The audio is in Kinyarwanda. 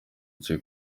cye